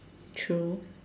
true